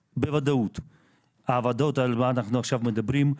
בוודאות העבודות על מה שאנחנו עכשיו מדברים,